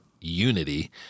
unity